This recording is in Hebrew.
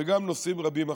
וגם נושאים רבים אחרים.